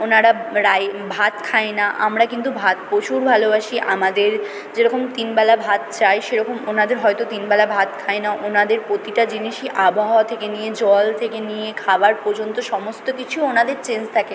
ওনারা রাই ভাত খায় না আমরা কিন্তু ভাত প্রচুর ভালোবাসি আমাদের যে রকম তিনবেলা ভাত চাই সে রকম ওনাদের হয়তো তিনবেলা ভাত খায় না ওনাদের প্রতিটা জিনিসই আবহাওয়া থেকে নিয়ে জল থেকে নিয়ে খাবার পর্যন্ত সমস্ত কিছু ওনাদের চেঞ্জ থাকে